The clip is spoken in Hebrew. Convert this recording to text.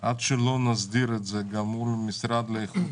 עד שלא נסדיר את זה גם מול המשרד לאיכות